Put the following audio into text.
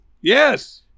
Yes